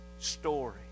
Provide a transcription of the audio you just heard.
story